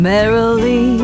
Merrily